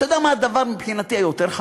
אתה יודע מה מבחינתי הדבר היותר-חמור?